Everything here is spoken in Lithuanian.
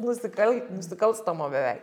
nusikal nusikalstamo beveik